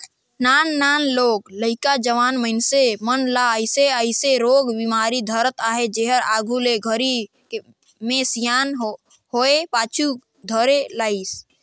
नान नान लोग लइका, जवान मइनसे मन ल अइसे अइसे रोग बेमारी धरत अहे जेहर आघू के घरी मे सियान होये पाछू धरे लाइस